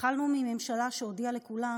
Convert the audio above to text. התחלנו מממשלה שהודיעה לכולם